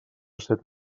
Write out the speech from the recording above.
set